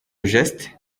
geste